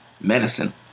medicine